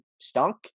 stunk